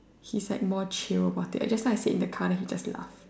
he is like more chill like just now I said it in the car then he just laugh